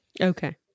Okay